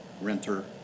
renter